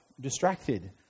distracted